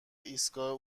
ایستگاه